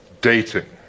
Dating